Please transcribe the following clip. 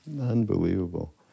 Unbelievable